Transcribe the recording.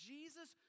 Jesus